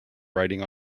riding